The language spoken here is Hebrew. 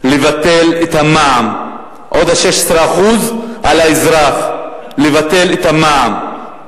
לבטל את המע"מ, עוד 16% על האזרח, לבטל את המע"מ.